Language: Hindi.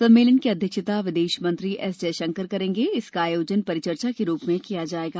सम्मेलन की अध्यक्षता विदेशमंत्री एस जयशंकर करेंगे और इसका आयोजन परिचर्चा के रूप में किया जाएगा